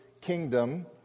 kingdom